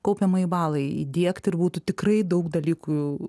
kaupiamąjį balą įdiegti ir būtų tikrai daug dalykų